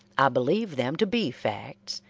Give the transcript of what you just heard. i believe them to be facts,